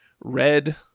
red